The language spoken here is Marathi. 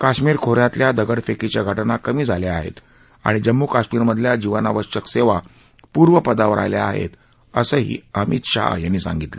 काश्मीर खो यातल्या दगडफेकीच्या घाना कमी झाल्या आहेत आणि जम्मू कश्मीरमधल्या जीवनावश्यक सेवा पूर्वपदावर आल्या आहेत असं अमित शाह यांनी यावेळी सांगितलं